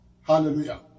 Hallelujah